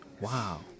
Wow